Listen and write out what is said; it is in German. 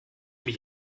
mich